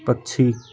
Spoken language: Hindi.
पक्षी